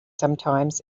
sometimes